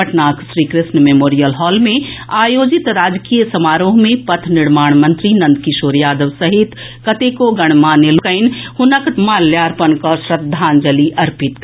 पटनाक Shrikrishna memorial hall मे आयोजित राजकीय समारोह मे पथ निर्माण मंत्री नंदकिशोर यादव सहित कतेको गणमान्य लोकनि हुनक मार्ल्यापण कऽ श्रद्धांजलि अर्पित कएलनि